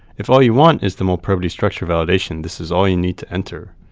if all you want is the molprobity structure validation, this is all you need to enter.